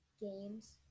games